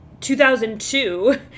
2002